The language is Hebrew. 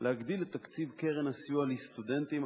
להגדיל את תקציב קרן הסיוע לסטודנטים,